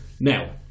Now